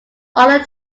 other